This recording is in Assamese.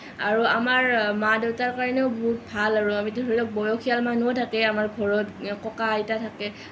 আৰু আমাৰ মা দেউতাৰ কাৰণেও বহুত ভাল আৰু ধৰি লওঁক বয়সীয়াল মানুহো থাকে আমাৰ ঘৰত ককা আইতা থাকে